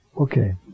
Okay